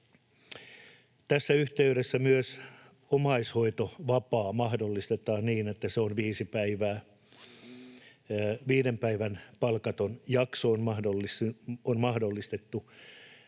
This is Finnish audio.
Tässä yhteydessä myös omaishoitovapaa mahdollistetaan niin, että se on viisi päivää. Viiden päivän palkaton jakso on mahdollistettu